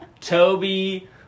Toby